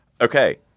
Okay